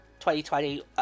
2020